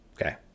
Okay